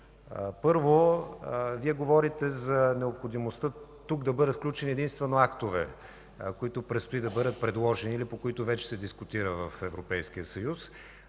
Първо, Вие говорите за необходимостта тук да бъдат включени единствено актове, които предстои да бъдат предложени или по които вече се дискутира в Европейския съюз.